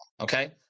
Okay